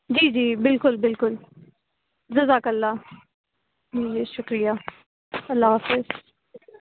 جی جی بالکل بالکل جزاک الله جی شُکریہ اللہ حافظ